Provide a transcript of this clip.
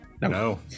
no